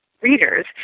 readers